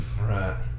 Right